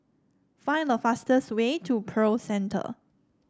find the fastest way to Pearl Center